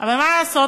אבל מה לעשות,